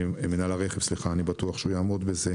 אני בטוח שהוא יעמוד בזה,